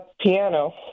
piano